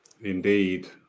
Indeed